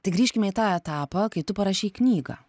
tai grįžkime į tą etapą kai tu parašei knygą